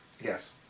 Yes